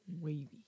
wavy